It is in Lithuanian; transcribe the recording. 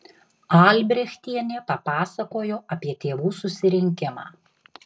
albrechtienė papasakojo apie tėvų susirinkimą